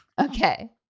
okay